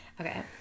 Okay